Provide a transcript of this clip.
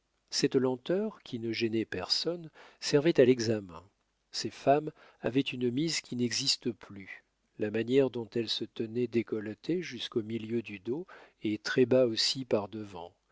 cette lenteur qui ne gênait personne servait à l'examen ces femmes avaient une mise qui n'existe plus la manière dont elles se tenaient décolletées jusqu'au milieu du dos et très-bas aussi par devant